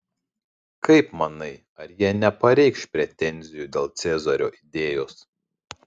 kaip manai ar jie nepareikš pretenzijų dėl cezario idėjos